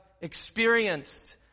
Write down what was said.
experienced